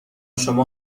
شما